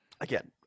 Again